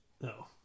No